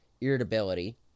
irritability